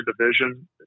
division